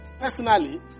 personally